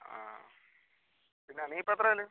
ആ പിന്നെ നീ ഇപ്പം എത്രയില്